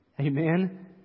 Amen